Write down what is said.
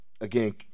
again